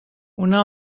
una